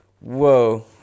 Whoa